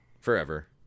Forever